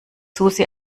susi